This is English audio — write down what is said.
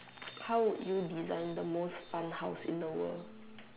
how would you design the most fun house in the world